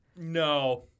No